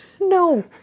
No